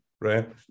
right